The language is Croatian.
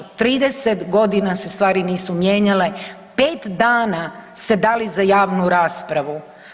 30 godina se stvari nisu mijenjale, 5 dana ste dali za javnu raspravu.